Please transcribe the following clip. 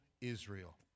Israel